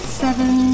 seven